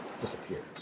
disappears